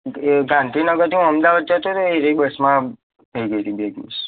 એ ગાંધીનગરથી હું અમદાવાદ જતો હતો એ રહી બસમાં થઈ ગઈ હતી બેગ મિસ